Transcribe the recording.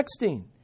texting